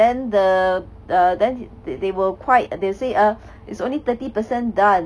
then the err then they they were quite they say err it's only thirty percent done